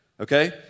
Okay